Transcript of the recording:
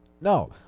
No